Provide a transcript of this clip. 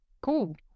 Cool